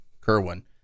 Kerwin